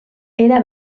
era